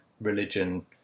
religion